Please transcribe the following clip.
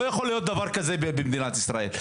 לא יכול להיות דבר כזה במדינת ישראל.